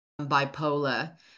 bipolar